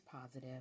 positive